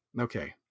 Okay